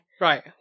Right